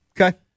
Okay